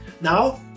Now